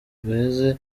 guheze